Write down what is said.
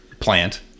plant